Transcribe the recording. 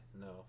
no